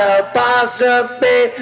apostrophe